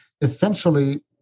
essentially